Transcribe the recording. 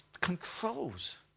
Controls